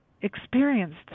experienced